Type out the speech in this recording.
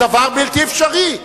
הדבר בלתי אפשרי.